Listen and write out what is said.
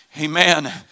Amen